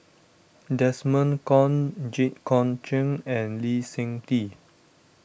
Desmond Kon Jit Koon Ch'ng and Lee Seng Tee